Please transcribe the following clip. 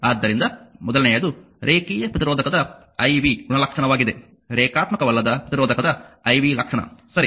ಆದ್ದರಿಂದ ಮೊದಲನೆಯದು ರೇಖೀಯ ಪ್ರತಿರೋಧಕದ iv ಗುಣಲಕ್ಷಣವಾಗಿದೆ ರೇಖಾತ್ಮಕವಲ್ಲದ ಪ್ರತಿರೋಧಕದ iv ಲಕ್ಷಣ ಸರಿ